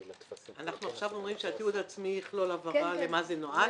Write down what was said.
אנחנו עכשיו אומרים שהתיעוד העצמי יכלול הבהרה למה זה נועד,